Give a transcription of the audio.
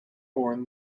born